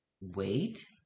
wait